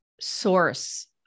source